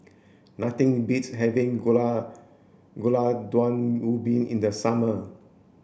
nothing beats having Gulai Gulai Daun Ubi in the summer